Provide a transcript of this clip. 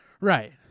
Right